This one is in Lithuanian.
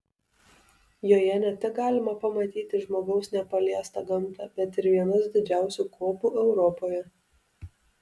joje ne tik galima pamatyti žmogaus nepaliestą gamtą bet ir vienas didžiausių kopų europoje